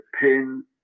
pin